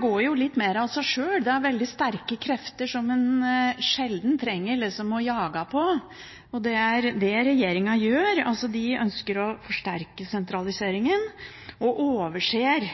går litt mer av seg sjøl – det er veldig sterke krefter som en sjelden trenger å jage på. Det er det regjeringen gjør. De ønsker å forsterke sentraliseringen og overser